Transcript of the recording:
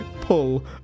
pull